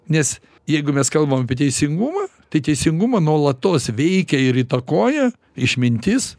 nes jeigu mes kalbam apie teisingumą tai teisingumą nuolatos veikia ir įtakoja išmintis